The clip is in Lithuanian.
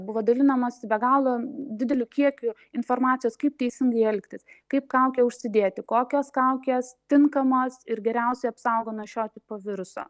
buvo dalinamasi be galo dideliu kiekiu informacijos kaip teisingai elgtis kaip kaukę užsidėti kokios kaukės tinkamos ir geriausiai apsaugo nuo šio tipo viruso